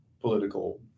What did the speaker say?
political